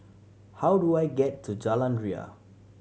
how do I get to Jalan Ria